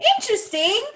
interesting